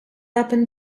happened